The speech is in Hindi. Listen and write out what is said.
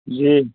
जी